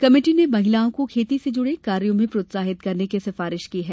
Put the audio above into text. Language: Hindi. कमेटी ने महिलाओं को खेती से जुड़े कार्यों में प्रोत्साहित करने की सिफारिश की है